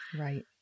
Right